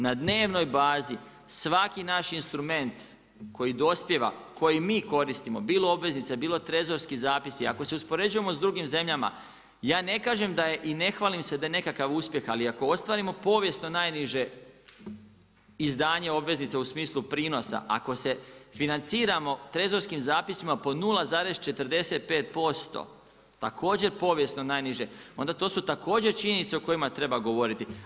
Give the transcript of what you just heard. Na dnevnoj bazi svaki naš instrument koji dospijeva, koji mi koristimo bilo obveznice, bilo trezorski zapisi, ako se uspoređujemo s drugim zemljama, ja ne kažem da je i ne hvalim se da je nekakav uspjeh, ali ako ostvarimo povijesno najniže izdanje obveznica u smislu prinosa, ako se financiramo trezorskim zapisima po 0,45% također povijesno najniže, onda to su također činjenice o kojima treba govoriti.